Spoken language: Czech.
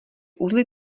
uzly